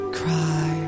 cry